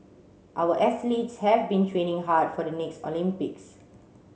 our athletes have been training hard for the next Olympics